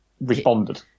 responded